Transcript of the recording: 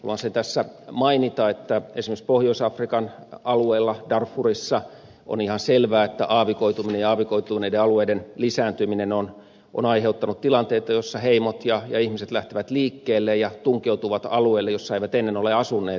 voisin tässä mainita että esimerkiksi pohjois afrikan alueella darfurissa on ihan selvää että aavikoituminen ja aavikoituneiden alueiden lisääntyminen ovat aiheuttaneet tilanteita joissa heimot ja ihmiset lähtevät liikkeelle ja tunkeutuvat alueille joilla eivät ennen ole asuneet